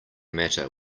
matter